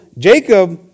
Jacob